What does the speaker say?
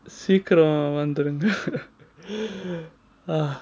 சீக்கிரம் வந்துருங்க:seekiram vandhurunga ah